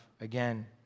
again